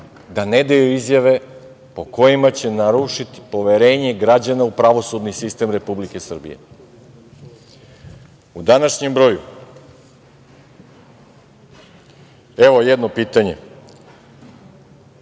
da ne daju izjave po kojima će narušiti poverenje građana u pravosudni sistem Republike Srbije.U današnjem broju, evo jedno pitanje